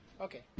Okay